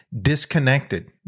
disconnected